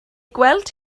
gweld